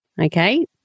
Okay